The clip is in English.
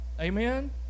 Amen